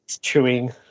chewing